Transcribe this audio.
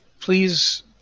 Please